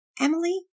Emily